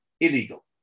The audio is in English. illegal